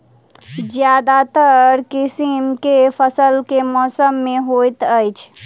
ज्यादातर किसिम केँ फसल केँ मौसम मे होइत अछि?